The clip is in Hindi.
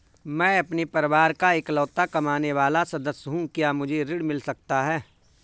मैं अपने परिवार का इकलौता कमाने वाला सदस्य हूँ क्या मुझे ऋण मिल सकता है?